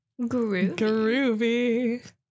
groovy